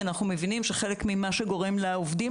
כי אנחנו מבינים שחלק ממה שגורם לעובדים